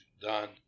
done